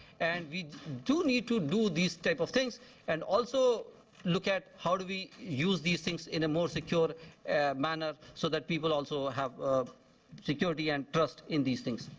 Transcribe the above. and we do need to do these type of things and also look at how do we use these things in a more secure manner so that people also have security and trust in these things.